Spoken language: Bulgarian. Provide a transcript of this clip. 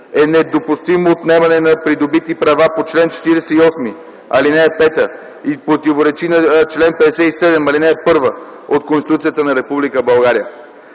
е недопустимо отнемане на придобити права по чл. 48, ал. 5 и противоречи на чл. 57, ал. 1 от Конституцията на